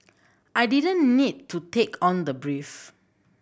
I didn't need to take on the brief